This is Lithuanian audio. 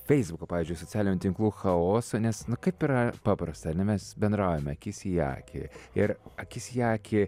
feisbuko pavyzdžiui socialinių tinklų chaoso nes kaip yra paprasta ar ne mes bendraujam akis į akį ir akis į akį